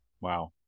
Wow